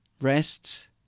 rests